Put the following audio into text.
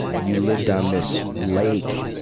you lived on this lake,